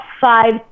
five